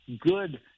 good